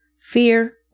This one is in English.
fear